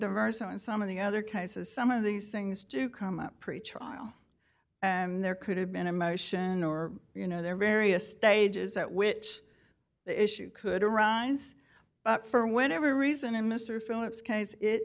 diverse and some of the other cases some of these things do come up pretrial and there could have been a motion or you know there are various stages at which the issue could arise for whenever reason and mr phillips case it